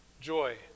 joy